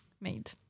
made